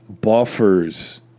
buffers